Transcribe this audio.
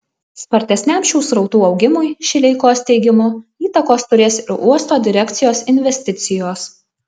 spartesniam šių srautų augimui šileikos teigimu įtakos turės ir uosto direkcijos investicijos